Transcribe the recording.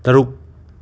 ꯇꯔꯨꯛ